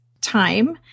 time